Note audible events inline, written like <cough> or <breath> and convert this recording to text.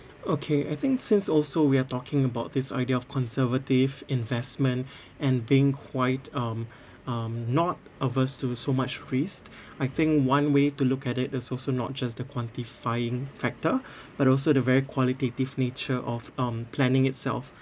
okay I think since also we are talking about this idea of conservative investment <breath> and being quite um um not averse to so much risk <breath> I think one way to look at it is also not just the quantifying factor <breath> but also the very qualitative nature of um planning itself